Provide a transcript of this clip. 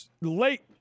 late